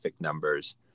numbers